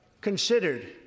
considered